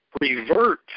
revert